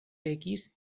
pekis